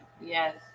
Yes